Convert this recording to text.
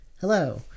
Hello